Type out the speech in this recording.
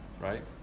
right